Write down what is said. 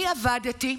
אני עבדתי,